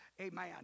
Amen